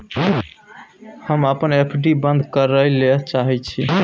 हम अपन एफ.डी बंद करय ले चाहय छियै